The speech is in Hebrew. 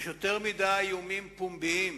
יש יותר מדי איומים פומביים